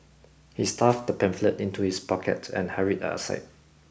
he stuffed the pamphlet into his pocket and hurried outside